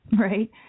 right